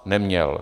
Neměl.